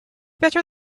better